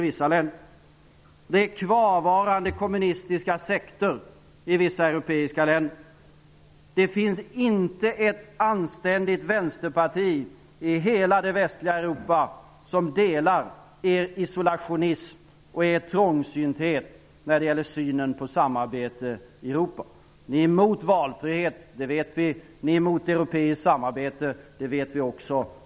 Det är kvarvarande kommunistiska sekter i vissa europeiska länder. Det finns inte ett anständigt vänsterparti i hela det västliga Europa som delar er isolationism och er trångsynthet när det gäller synen på samarbete i Europa! Ni är emot valfrihet, det vet vi. Ni är emot europeiskt samarbete, det vet vi också.